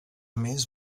més